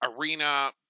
arena